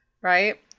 right